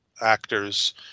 actors